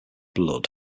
blood